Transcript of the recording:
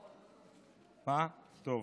טוב.